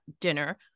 dinner